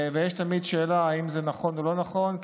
ויש תמיד שאלה אם זה נכון או לא נכון.